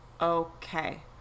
okay